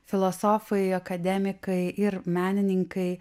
filosofai akademikai ir menininkai